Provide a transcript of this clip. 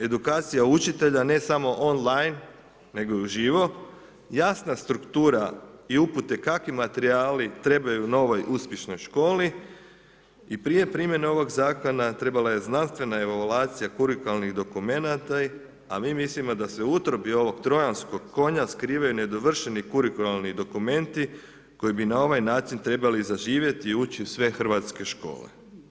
Edukacija učitelja ne samo online nego i uživo, jasna struktura i upute kakvi materijali trebaju novoj uspješnoj školi i prije primjene ovog zakona, trebalo je znanstvena evaluacija kurikularnih dokumenata a mi mislimo da se u utrobi u ovog trojanskog konja skrivaju nedovršeni kurikularni dokumenti koji bi na ovaj način trebali zaživjeti i ući u sve hrvatske škole.